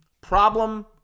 Problem